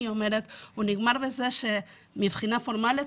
הוא נגמר בזה שמבחינה פורמאלית,